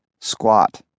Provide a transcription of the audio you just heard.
squat